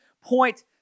point